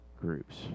groups